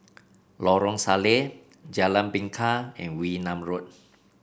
Lorong Salleh Jalan Bingka and Wee Nam Road